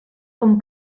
com